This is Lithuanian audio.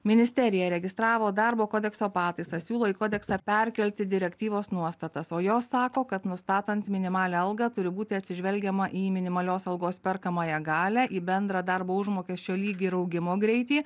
ministerija įregistravo darbo kodekso pataisą siūlo į kodeksą perkelti direktyvos nuostatas o jos sako kad nustatant minimalią algą turi būti atsižvelgiama į minimalios algos perkamąją galią į bendrą darbo užmokesčio lygį ir augimo greitį